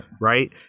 right